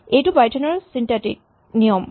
এইটো পাইথন ৰ ছিন্টেকটিক নিয়ম